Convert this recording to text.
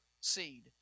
seed